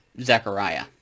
Zechariah